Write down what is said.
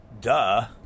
Duh